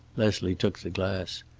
leslie took the glass.